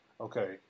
okay